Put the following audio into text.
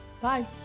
bye